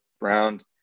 round